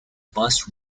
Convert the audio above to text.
bus